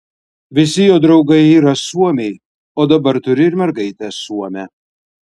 visi jo draugai yra suomiai o dabar turi ir mergaitę suomę